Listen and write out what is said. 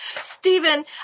Stephen